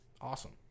awesome